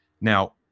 Now